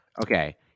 Okay